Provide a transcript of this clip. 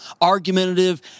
argumentative